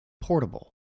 portable